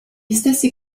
stessi